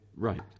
right